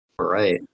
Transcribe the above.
Right